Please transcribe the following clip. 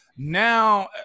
Now